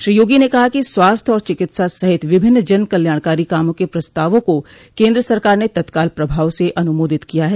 श्री योगी ने कहा कि स्वास्थ्य और चिकित्सा सहित विभिन्न जन कल्याणकारी कामों के प्रस्तावों को केन्द्र सरकार ने तत्काल प्रभाव से अनुमोदित किया है